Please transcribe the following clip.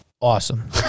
Awesome